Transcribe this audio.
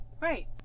Right